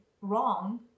wrong